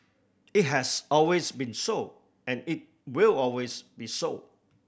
it has always been so and it will always be so